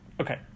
Okay